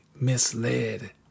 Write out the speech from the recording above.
misled